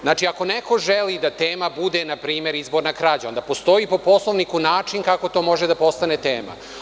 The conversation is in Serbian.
Znači, ako neko želi da tema bude npr. izborna krađa, onda postoji po Poslovniku način kako to može da postane tema.